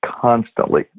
constantly